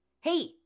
Hey